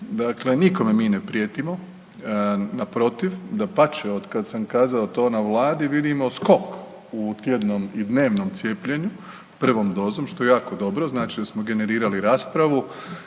dakle nikome mi ne prijetimo. Naprotiv. Dapače od kada sam kazao to na Vladi vidimo skok u tjednom i dnevnom cijepljenju prvom dozom što je jako dobro. Znači da smo generirali raspravu